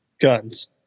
Guns